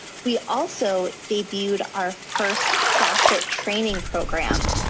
we also debuted our first facet training program,